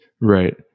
right